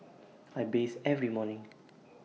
I bathe every morning